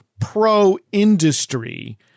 pro-industry